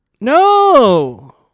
No